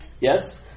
yes